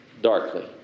darkly